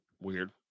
Weird